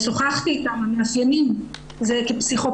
ששוחחתי אתם לפי המאפיינים כפסיכופת.